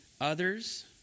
others